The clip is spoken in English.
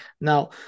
Now